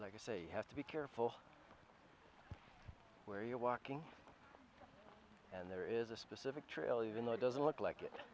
like i say you have to be careful where you're walking and there is a specific treleaven though doesn't look like it